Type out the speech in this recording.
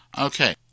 Okay